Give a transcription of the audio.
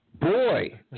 Boy